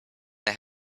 they